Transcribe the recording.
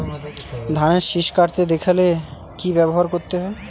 ধানের শিষ কাটতে দেখালে কি ব্যবহার করতে হয়?